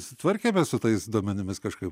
sutvarkėme su tais duomenimis kažkaip